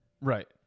Right